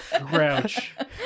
Grouch